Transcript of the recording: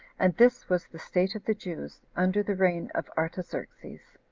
and this was the state of the jews under the reign of artaxerxes.